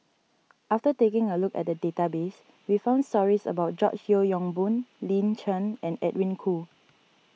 after taking a look at the database we found stories about George Yeo Yong Boon Lin Chen and Edwin Koo